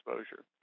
exposure